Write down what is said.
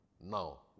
now